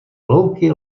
louky